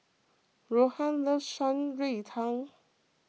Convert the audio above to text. Rohan loves Shan Rui Tang